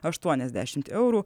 aštuoniasdešimt eurų